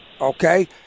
okay